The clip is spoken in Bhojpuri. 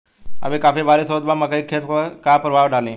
अभी काफी बरिस होत बा मकई के खेत पर का प्रभाव डालि?